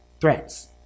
threats